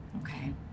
Okay